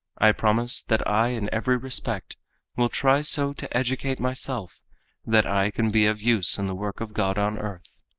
i promise that i in every respect will try so to educate myself that i can be of use in the work of god on earth.